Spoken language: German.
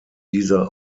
dieser